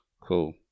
Cool